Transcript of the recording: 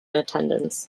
attendance